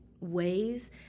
ways